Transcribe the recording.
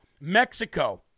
Mexico